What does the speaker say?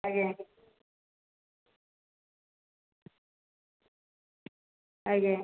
ଆଜ୍ଞା ଆଜ୍ଞା